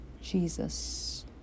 Jesus